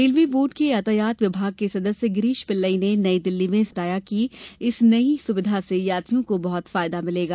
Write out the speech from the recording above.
railway board के यातायात विभाग के सदस्य गिरीष पिल्लई ने नई दिल्ली में संवाददाताओं को बताया कि इस नई सुविधा से यात्रियों को बहुत फायदा होगा